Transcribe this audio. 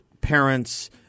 parents